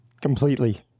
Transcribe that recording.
Completely